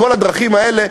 בכל הדרכים האלה,